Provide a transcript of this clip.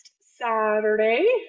Saturday